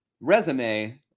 Resume